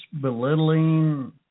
belittling